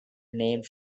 named